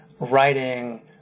writing